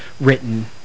written